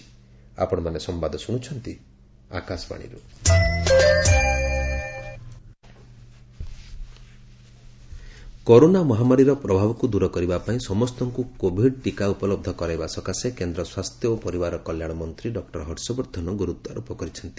doctor Harshvardhan Covid corona ମହାମାରୀର ପ୍ରଭାବକୁ ଦୂର କରିବା ପାଇଁ ସମସ୍ତଙ୍କୁ କୋଭିଡ ଟିକା ଉପଲବ୍ଧ କରାଇବା ସକାଶେ କେନ୍ଦ୍ର ସ୍ୱାସ୍ଥ୍ୟ ଓ ପରିବାର କଲ୍ୟାଣ ମନ୍ତ୍ରୀ ଡକ୍ଲର ହର୍ଷବର୍ଦ୍ଧନ ଗୁରୁତ୍ୱାରୋପ କରିଛନ୍ତି